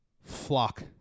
flock